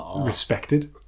respected